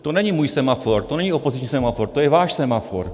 To není můj semafor, to není opoziční semafor, to je váš semafor.